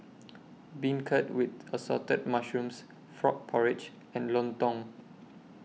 Beancurd with Assorted Mushrooms Frog Porridge and Lontong